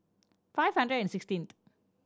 five hundred and sixteenth